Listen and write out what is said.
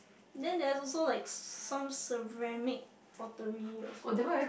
then they also like some ceramic botanic also